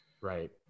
right